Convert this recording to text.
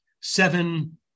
seven